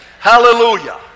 Hallelujah